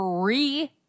free